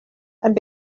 and